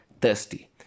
thirsty